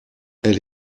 elle